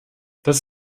das